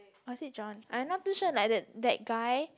or is it John I not too sure like that that guy